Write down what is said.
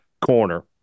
corner